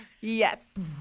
Yes